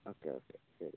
okay okay ശരി